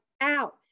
out